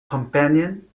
companion